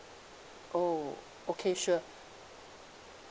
oh okay sure